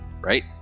right